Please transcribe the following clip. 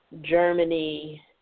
Germany